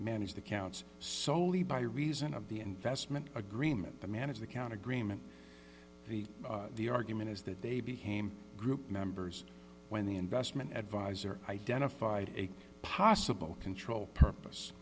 that counts soley by reason of the investment agreement the manager count agreement the argument is that they became group members when the investment advisor identified a possible control purpose